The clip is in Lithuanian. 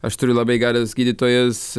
aš turiu labai geras gydytojas